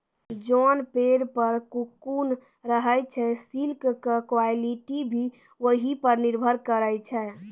जोन पेड़ पर ककून रहै छे सिल्क के क्वालिटी भी वही पर निर्भर करै छै